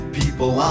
people